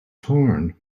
torn